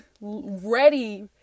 ready